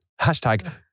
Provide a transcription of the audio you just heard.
Hashtag